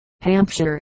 Hampshire